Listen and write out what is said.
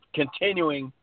continuing